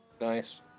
Nice